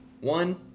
one